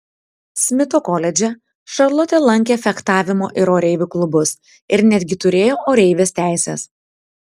smito koledže šarlotė lankė fechtavimo ir oreivių klubus ir netgi turėjo oreivės teises